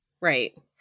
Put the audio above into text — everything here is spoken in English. Right